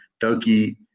Turkey